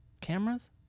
Cameras